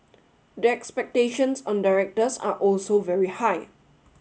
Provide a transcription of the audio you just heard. the expectations on directors are also very high